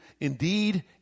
indeed